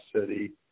city